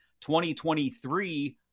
2023